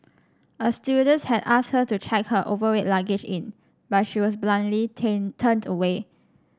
a stewardess had asked her to check her overweight luggage in but she was bluntly tin turned away